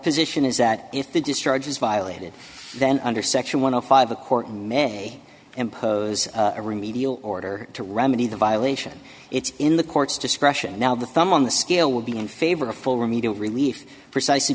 position is that if the discharge is violated then under section one of five a court may impose a remedial order to remedy the violation it's in the court's discretion now the thumb on the scale would be in favor of full remedial relief